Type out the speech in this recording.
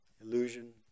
Illusion